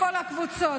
מכל הקבוצות,